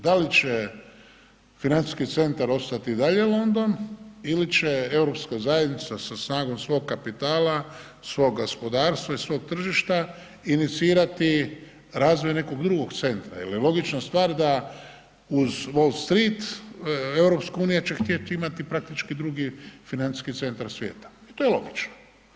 Da li će financijski centar ostati i dalje London ili će EU zajednica sa snagom svog kapitala, svog gospodarstva i svog tržišta inicirati razvoj nekog drugog centra jer je logična stvar da uz Wall Street, EU će htjeti imati praktički drugi financijski centar svijeta i to je logično.